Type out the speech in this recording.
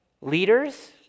leaders